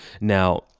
Now